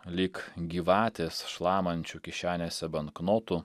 lyg gyvatės šlamančių kišenėse banknotų